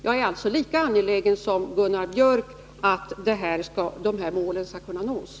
Jag är således lika angelägen som Gunnar Biörck om att de uppsatta målen skall kunna uppnås.